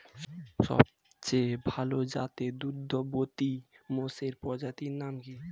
সবচেয়ে ভাল জাতের দুগ্ধবতী মোষের প্রজাতির নাম কি?